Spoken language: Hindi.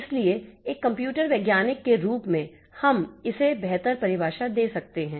इसलिए एक कंप्यूटर वैज्ञानिक के रूप में हम इससे बेहतर परिभाषा दे सकते हैं